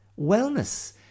wellness